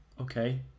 Okay